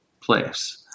place